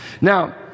Now